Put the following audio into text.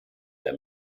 der